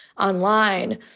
online